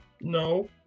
No